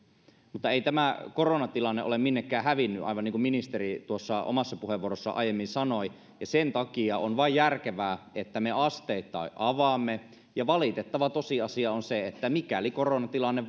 mutta ei tämä koronatilanne ole minnekään hävinnyt aivan niin kuin ministeri tuossa omassa puheenvuorossaan aiemmin sanoi ja sen takia on vain järkevää että me asteittain avaamme ja valitettava tosiasia on se että mikäli koronatilanne